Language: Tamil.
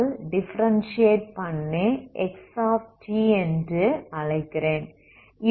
ஆல் டிஃபரென்ஸியேட் பண்ணி என்று Sxt அழைக்கிறேன்